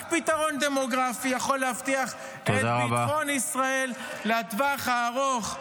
רק פתרון דמוגרפי יכול להבטיח את ביטחון ישראל לטווח הארוך.